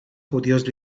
judíos